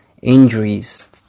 Injuries